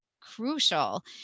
crucial